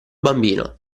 bambino